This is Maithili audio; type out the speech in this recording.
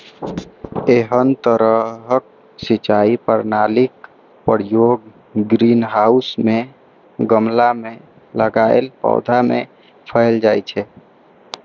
एहन तरहक सिंचाई प्रणालीक प्रयोग ग्रीनहाउस मे गमला मे लगाएल पौधा मे कैल जाइ छै